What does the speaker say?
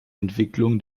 entwicklung